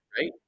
right